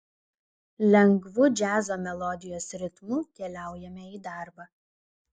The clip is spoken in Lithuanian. lengvu džiazo melodijos ritmu keliaujame į darbą